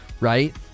Right